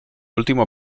último